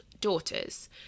daughters